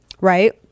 Right